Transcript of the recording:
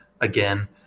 again